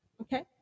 Okay